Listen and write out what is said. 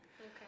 Okay